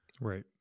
Right